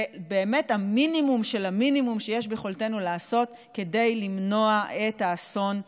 ובאמת המינימום של המינימום שיש ביכולתנו לעשות כדי למנוע את האסון הבא.